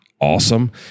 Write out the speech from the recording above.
awesome